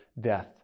death